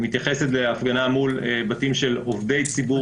מתייחסת להפגנה מול בתים של עובדי ציבור